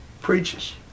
preaches